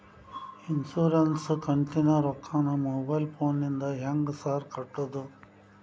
Insurance ಕಂತಿನ ರೊಕ್ಕನಾ mobile ಫೋನಿಂದ ಹೆಂಗ್ ಸಾರ್ ಕಟ್ಟದು?